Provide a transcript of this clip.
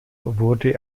wurde